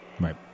Right